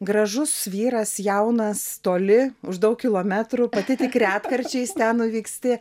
gražus vyras jaunas toli už daug kilometrų pati tik retkarčiais ten nuvyksti